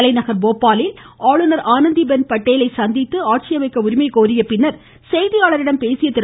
தலைநகர் போபாலில் ஆளுநர் ஆனந்தி பென் பட்டேலை சந்தித்து ஆட்சியமைக்க உரிமை கோரிய பின்னர் செய்தியாளர்களிடம் பேசிய திரு